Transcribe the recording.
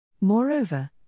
Moreover